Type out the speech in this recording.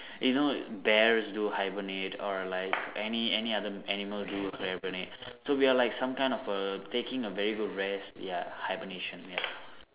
you know bears do hibernate or like any any other animals do hibernate so we are like some kind of a taking a very good rest ya hibernation ya